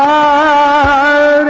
aa